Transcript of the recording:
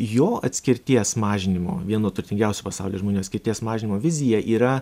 jo atskirties mažinimo vieno turtingiausių pasaulyje žmonių atskirties mažinimo vizija yra